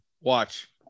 Watch